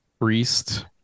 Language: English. priest